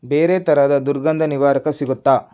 ಬೇರೆ ಥರದ ದುರ್ಗಂಧ ನಿವಾರಕ ಸಿಗುತ್ತಾ